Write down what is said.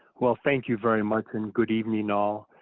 well, thank you very much and good evening all.